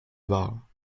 war